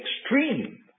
extreme